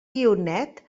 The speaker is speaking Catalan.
guionet